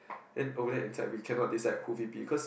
then over there is like we cannot decide who V_P cause